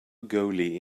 goalie